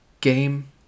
Game